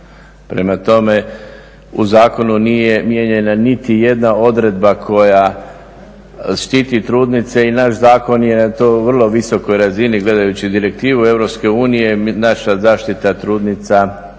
Prema tome u Zakonu nije mijenjana niti jedna odredba koja štiti trudnice i naš Zakon je na to na vrlo visokoj razini gledajući Direktivu Europske unije, naša zaštita trudnica,